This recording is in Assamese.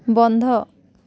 বন্ধ